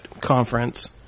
Conference